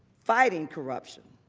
fighting corruption.